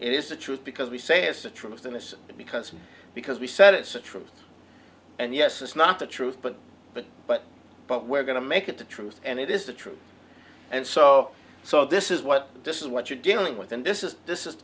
is the truth because we say it's the truth and it's because because we said it's a truth and yes it's not the truth but but but but we're going to make it the truth and it is the truth and so so this is what this is what you're dealing with and this is this is